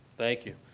thank you.